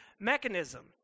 mechanism